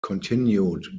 continued